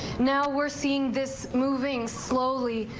now we're seeing this moving slowly.